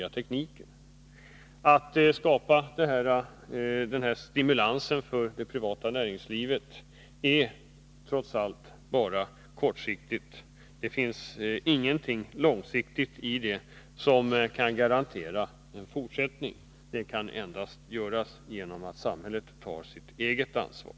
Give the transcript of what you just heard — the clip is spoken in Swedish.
Att skapa denna stimulans för det privata näringslivet är trots allt bara en kortsiktig åtgärd. Det finns ingenting som garanterar en fortsättning. Det kan bara ske genom att samhället tar sitt ansvar.